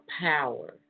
power